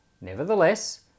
Nevertheless